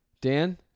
dan